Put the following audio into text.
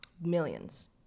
Millions